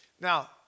Now